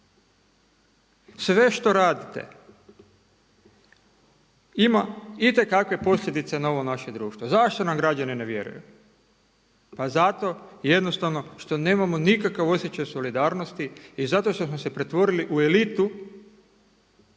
Sve što radite ima itekakve posljedice na ovo naše društvo. Zašto nam građani ne vjeruju? Pa zato jednostavno što nemamo nikakav osjećaj solidarnosti i zato što smo se pretvorili u elitu,